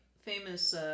famous